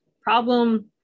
problem